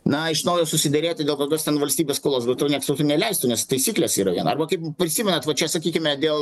na iš naujo susiderėti dėl kokios valstybės skolos bet tau nieks tau tai neleistų nes taisyklės yra viena arba kaip prisimenat va čia sakykime dėl